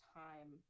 time